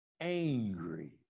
angry